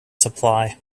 supply